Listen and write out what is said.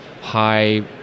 high